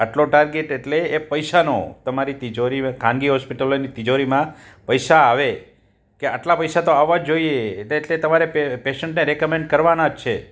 આટલો ટાર્ગેટ એટલે એ પૈસાનો તમારી તિજોરી ખાનગી હોસ્પિટલોની તિજોરીમાં પૈસા આવે કે આટલા પૈસા તો આવા જ જોઈએ એટલે એટલે તમારે પેશન્ટને રિકમેન્ડ કરવાના જ છે